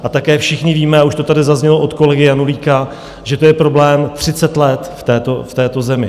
A také všichni víme, a už to tady zaznělo od kolegy Janulíka, že to je problém 30 let v této zemi.